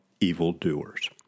evildoers